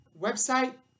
website